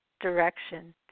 direction